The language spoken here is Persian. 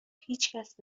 هیچکس